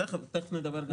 תיכף נדבר גם על זה.